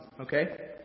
Okay